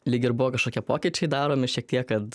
lyg ir buvo kažkokie pokyčiai daromi šiek tiek kad